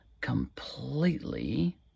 completely